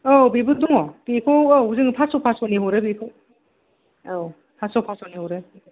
औ बेबो दङ बेखौ औ जोङो फासस' फासस'नि हरो बेखौ औ फासस' फासस' नि हरो